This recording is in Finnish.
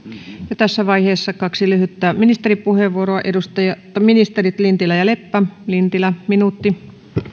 ja tässä vaiheessa kaksi lyhyttä ministeripuheenvuoroa ministerit lintilä ja leppä lintilä minuutti